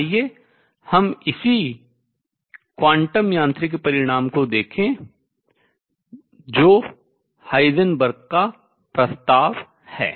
आइए हम संगत क्वांटम यांत्रिक परिणाम को देखें जो हाइजेनबर्ग का प्रस्ताव है